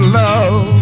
love